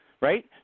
Right